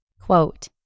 Quote